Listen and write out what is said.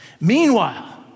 Meanwhile